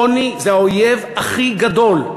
עוני זה האויב הכי גדול.